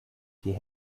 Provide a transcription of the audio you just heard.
die